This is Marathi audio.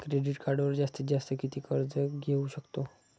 क्रेडिट कार्डवर जास्तीत जास्त किती कर्ज घेऊ शकतो?